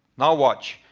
now watch.